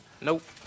nope